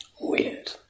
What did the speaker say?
Weird